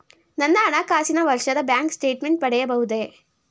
ನನ್ನ ಹಣಕಾಸಿನ ವರ್ಷದ ಬ್ಯಾಂಕ್ ಸ್ಟೇಟ್ಮೆಂಟ್ ಪಡೆಯಬಹುದೇ?